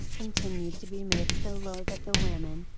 continued to be made so low that the women,